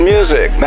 Music